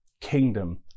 kingdom